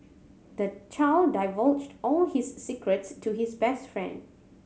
the child divulged all his secrets to his best friend